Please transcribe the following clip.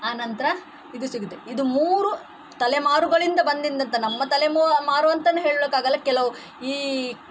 ಆನಂತರ ಇದು ಸಿಗುತ್ತೆ ಇದು ಮೂರು ತಲೆಮಾರುಗಳಿಂದ ಬಂದಿದ್ದಂಥ ನಮ್ಮ ತಲೆ ಮಾರು ಅಂತಲೇ ಹೇಳೋಕ್ಕಾಗಲ್ಲ ಕೆಲವು ಈ